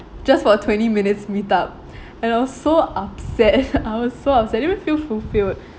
just for a twenty minutes meet up and I was so upset I was so upset I was so upset didn't even feel fulfilled